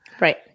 right